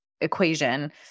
equation